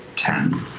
ten.